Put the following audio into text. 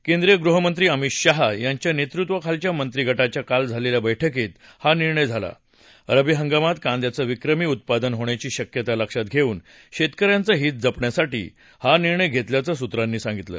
केंद्रीय गृहमंत्री अमित शाह यांच्या नेतृत्वाखालच्या मंत्रिगटाच्या काल झालेल्या बैठकीत हा निर्णय झाला रबी हंगामात कांद्याचं विक्रमी उत्पादन होण्याची शक्यता लक्षात घेऊन शेतक यांचं हित जपण्यासाठी हा निर्णय घेतल्याचं सूत्रांनी सांगितलं